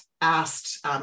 asked